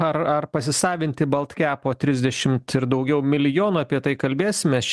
ar ar pasisavinti baltkepo trisdešimt ir daugiau milijonų apie tai kalbėsimės